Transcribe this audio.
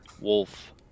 Wolf